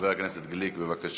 חבר הכנסת גליק, בבקשה.